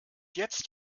jetzt